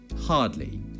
Hardly